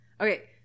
Okay